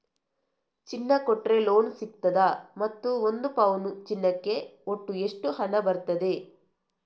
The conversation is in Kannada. ಚಿನ್ನ ಕೊಟ್ರೆ ಲೋನ್ ಸಿಗ್ತದಾ ಮತ್ತು ಒಂದು ಪೌನು ಚಿನ್ನಕ್ಕೆ ಒಟ್ಟು ಎಷ್ಟು ಹಣ ಬರ್ತದೆ?